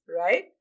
right